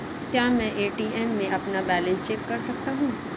क्या मैं ए.टी.एम में अपना बैलेंस चेक कर सकता हूँ?